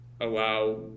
allow